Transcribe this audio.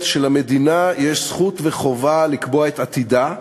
שלמדינה יש זכות וחובה לקבוע את עתידה,